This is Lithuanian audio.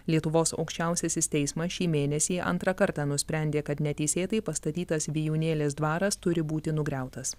lietuvos aukščiausiasis teismas šį mėnesį antrą kartą nusprendė kad neteisėtai pastatytas vijūnėlės dvaras turi būti nugriautas